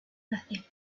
nothing